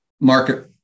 market